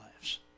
lives